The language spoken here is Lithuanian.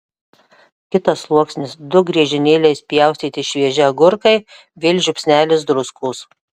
kitas sluoksnis du griežinėliais pjaustyti švieži agurkai vėl žiupsnelis druskos